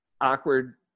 awkward